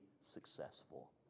successful